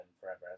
forever